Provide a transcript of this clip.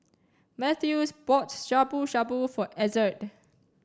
Mathews bought Shabu Shabu for Ezzard